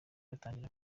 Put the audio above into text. batangira